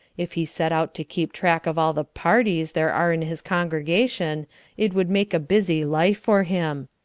if he set out to keep track of all the parties there are in his congregation it would make a busy life for him.